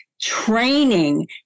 training